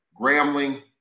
Grambling